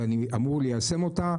ואני אמור ליישם אותה,